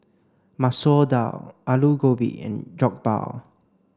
Masoor Dal Alu Gobi and Jokbal